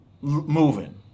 moving